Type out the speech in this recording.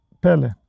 Pele